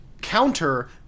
counter